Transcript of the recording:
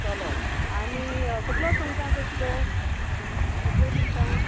चोलो आनी सुकलो सुंगटां केशी गो सुकल्यो सुंगटां